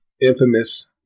infamous